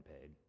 paid